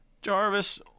Jarvis